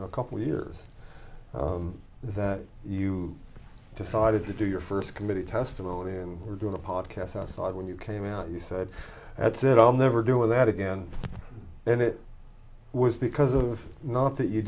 a couple years that you decided to do your first committee testimony and were doing a podcast outside when you came out you said that's it i'll never do that again and it was because of not that you